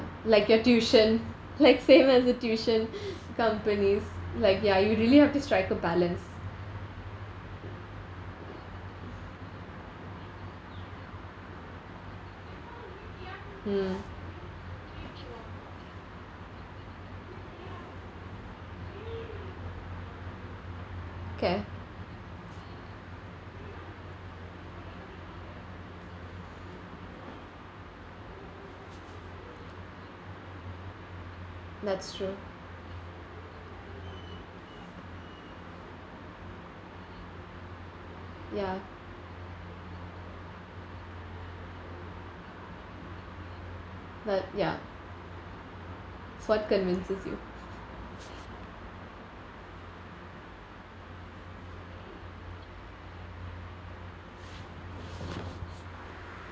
like your tuition like same as the tuition companies like ya you really have to strike a balance mm okay that's true ya but ya what convinces you